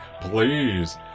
please